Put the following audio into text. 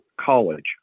college